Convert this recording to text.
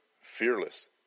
fearless